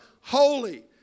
Holy